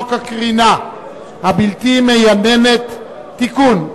הקרינה הבלתי מייננת (תיקון,